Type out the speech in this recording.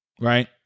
right